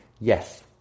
yes